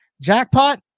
Jackpot